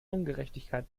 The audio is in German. ungerechtigkeit